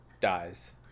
dies